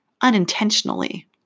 Unintentionally